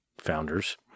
founders